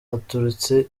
uturutse